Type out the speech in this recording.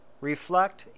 reflect